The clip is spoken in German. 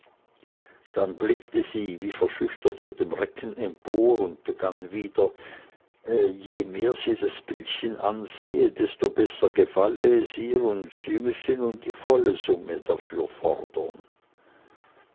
dann blickte sie wie verschüchtert zu dem recken empor und begann wieder je mehr sie das bild ansehe desto besser gefalle es ihr und sie müsse nun die volle summe dafür fordern